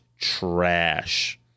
trash